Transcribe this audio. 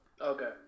Okay